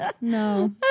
no